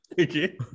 Okay